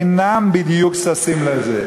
לא בדיוק ששים לזה.